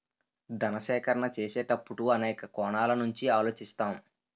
ధన సేకరణ చేసేటప్పుడు అనేక కోణాల నుంచి ఆలోచిస్తాం